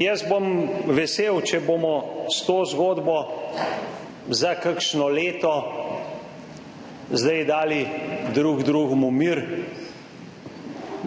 Jaz bom vesel, če bomo s to zgodbo za kakšno leto zdaj dali drug drugemu mir.